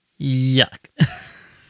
Yuck